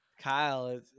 Kyle